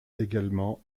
également